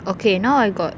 okay now I got